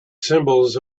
symbols